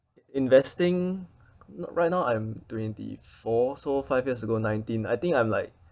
investing n~ right now I'm twenty four so five years ago nineteen I think I'm like